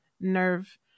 nerve